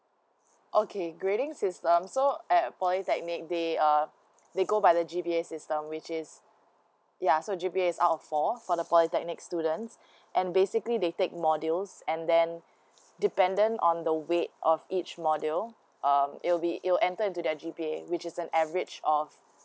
okay grading system so at polytechnic they are they go by the G_P_A system which is ya so G_P_A is out of four for the polytechnic students and basically they take modules and then dependent on the weight of each module um it will be it will enter into their G_P_A which is an average of